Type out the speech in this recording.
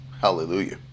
Hallelujah